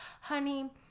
Honey